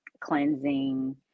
cleansing